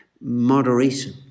Moderation